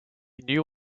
new